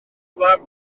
islam